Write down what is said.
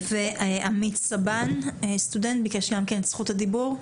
עמית סבן, סטודנט, ביקש את רשות הדיבור.